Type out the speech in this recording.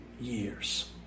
years